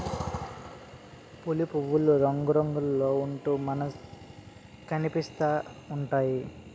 పులి పువ్వులు రంగురంగుల్లో ఉంటూ మనకనిపిస్తా ఉంటాయి